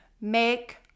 Make